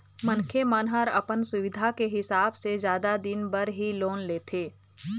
मनखे मन ह अपन सुबिधा के हिसाब ले जादा दिन बर ही लोन लेथे